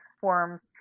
forms